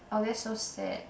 oh that's so sad